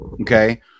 Okay